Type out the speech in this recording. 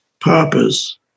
purpose